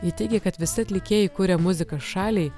ji teigia kad visi atlikėjai kuria muziką šaliai